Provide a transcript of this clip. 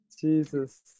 Jesus